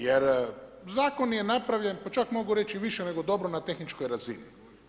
Jer zakon je napravljen, pa čak mogu reći i više nego dobro na tehničkoj razini.